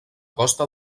costa